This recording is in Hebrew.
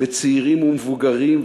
וצעירים ומבוגרים,